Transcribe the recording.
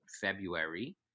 February